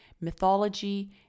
mythology